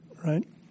Right